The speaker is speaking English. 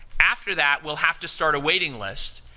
after that, we'll have to start a waiting list,